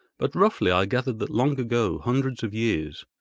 but roughly i gathered that long ago, hundreds of years,